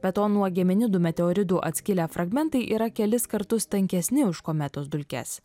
be to nuo geminidų meteoridų atskilę fragmentai yra kelis kartus tankesni už kometos dulkes